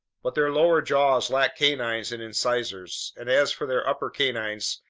but their lower jaws lack canines and incisors, and as for their upper canines,